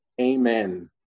Amen